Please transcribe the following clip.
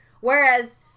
whereas